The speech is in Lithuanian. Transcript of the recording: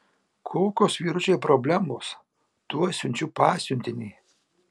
kokios vyručiai problemos tuoj siunčiu pasiuntinį